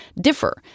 differ